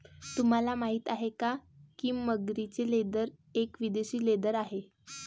तुम्हाला माहिती आहे का की मगरीचे लेदर हे एक विदेशी लेदर आहे